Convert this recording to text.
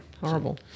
horrible